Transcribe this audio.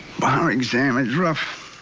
bar exam is rough,